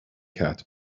cat